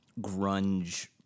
grunge